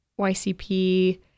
YCP